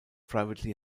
privately